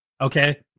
okay